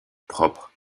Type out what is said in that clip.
propre